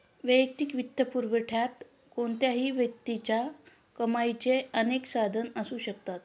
वैयक्तिक वित्तपुरवठ्यात कोणत्याही व्यक्तीच्या कमाईची अनेक साधने असू शकतात